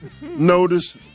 Notice